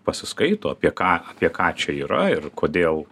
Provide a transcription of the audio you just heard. pasiskaito apie ką apie ką čia yra ir kodėl